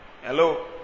Hello